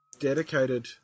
Dedicated